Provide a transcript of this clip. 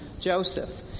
Joseph